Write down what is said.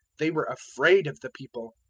they were afraid of the people,